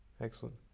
excellent